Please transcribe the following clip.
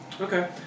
Okay